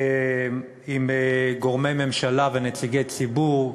עם גורמי ממשלה ונציגי ציבור,